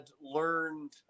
learned